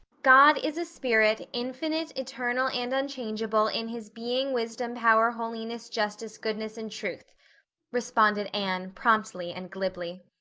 god is a spirit, infinite, eternal and unchangeable, in his being, wisdom, power, holiness, justice, goodness, and truth responded anne promptly and glibly.